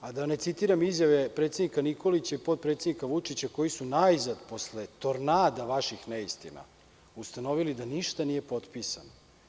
Da ne citiram izjave predsednika Nikolića i potpredsednika Vučića, koji su najzad, posle tornada vaših neistina, ustanovili da ništa nije potpisano.